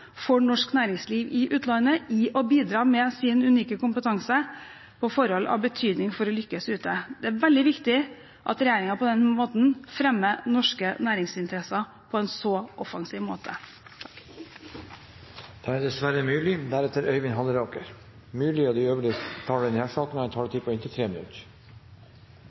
for norsk næringsliv i utlandet i det å bidra med sin unike kompetanse på forhold av betydning for å lykkes ute. Det er veldig viktig at regjeringen på den måten fremmer norske næringsinteresser på en så offensiv måte.